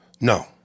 No